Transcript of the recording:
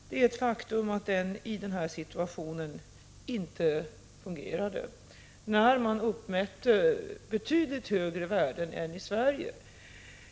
Det är ett faktum att den organisationen i denna situation inte fungerade när man uppmätte betydligt högre värden än i Sverige.